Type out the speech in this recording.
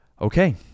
Okay